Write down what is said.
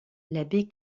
l’abbé